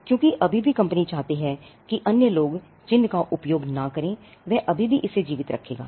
क्योंकि अभी भी यह कंपनी चाहती है कि अन्य लोग चिह्न का उपयोग न करेंवह अभी भी इसे जीवित रखेंगे